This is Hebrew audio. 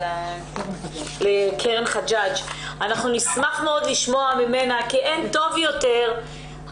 איתך על בעיה גדולה, כי את מנהלת את העסק הזה.